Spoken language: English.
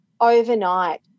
overnight